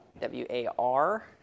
W-A-R